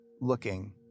looking